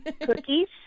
Cookies